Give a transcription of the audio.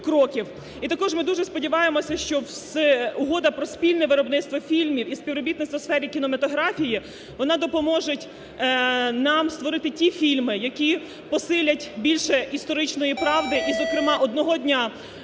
І також ми дуже сподіваємось, що Угода про спільне виробництво фільмів і співробітництво у сфері кінематографії, вона допоможе нам створити ті фільми, які посилять більше історичної правди. І, зокрема, одного дня